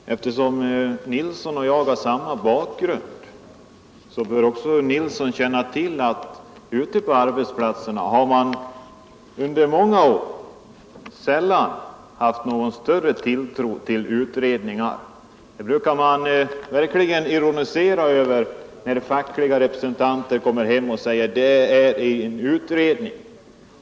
Herr talman! Eftersom herr Nilsson i Växjö och jag har samma bakgrund bör herr Nilsson känna till att man ute på arbetsplatserna sedan många år inte haft någon större tilltro till utredningar. När fackliga representanter kommer och berättar om att en utredning tillsatts, brukar man ironisera över detta.